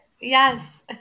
Yes